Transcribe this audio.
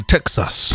Texas